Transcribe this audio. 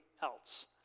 else